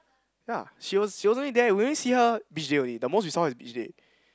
ya she was she was only there we only see her beach day only the most we saw her is beach day